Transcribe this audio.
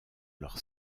leur